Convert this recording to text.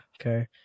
Okay